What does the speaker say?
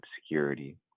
obscurity